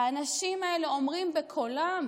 האנשים האלה אומרים בקולם,